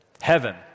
heaven